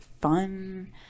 fun